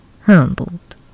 humbled